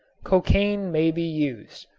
cocain may be used.